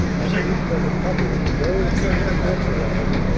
troops, under cover of a very efficient smoke barrage,